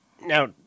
Now